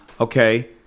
okay